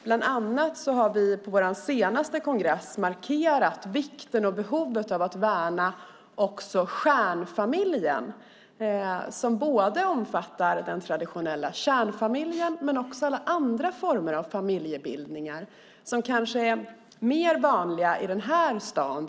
Bland annat har vi på vår senaste kongress markerat vikten och behovet av att värna stjärnfamiljen. Den omfattar inte bara den traditionella kärnfamiljen utan också alla andra former av familjebildningar, som kanske är vanligare i den här staden.